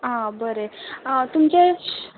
आं बरें तुमचें